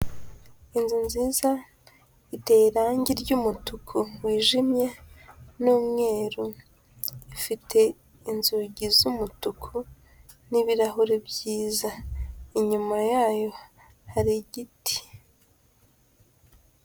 Inzu nziza iteye irangi ry'umutuku wijimye n'umweru, ifite inzugi z'umutuku n'ibirahure byiza, inyuma yayo hari igiti.